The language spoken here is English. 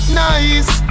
nice